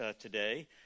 today